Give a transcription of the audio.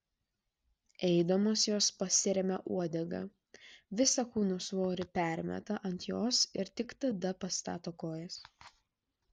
eidamos jos pasiremia uodega visą kūno svorį permeta ant jos ir tik tada pastato kojas